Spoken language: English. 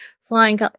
flying